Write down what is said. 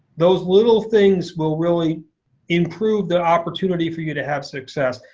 those little things will really improve the opportunity for you to have success.